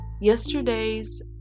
yesterday's